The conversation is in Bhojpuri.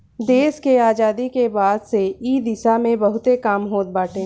देस के आजादी के बाद से इ दिशा में बहुते काम होत बाटे